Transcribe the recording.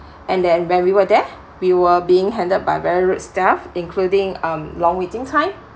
and then when we were there we were being handled by very rude staff including um long waiting time